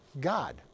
God